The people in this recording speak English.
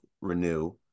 Renew